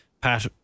Pat